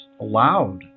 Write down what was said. allowed